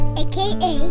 aka